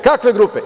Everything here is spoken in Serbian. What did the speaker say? Kakve grupe?